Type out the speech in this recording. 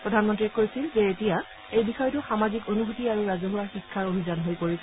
প্ৰধানমন্ত্ৰীয়ে কৈছিল যে এতিয়া এই বিষয়টো সামাজিক অনুভূতি আৰু ৰাজহুৱা শিক্ষাৰ অভিযান হৈ পৰিছে